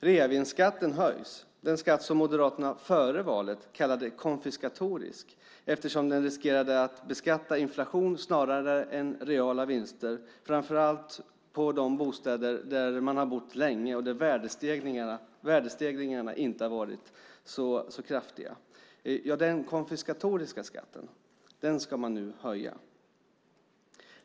Reavinstskatten höjs - den skatt som Moderaterna före valet kallade konfiskatorisk eftersom den riskerade att beskatta inflation snarare än reella vinster, framför allt för dem som haft en bostad länge och där värdestegringen inte har varit så kraftig. Den "konfiskatoriska" skatten ska man nu höja.